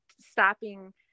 stopping